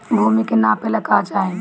भूमि के नापेला का चाही?